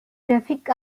graphic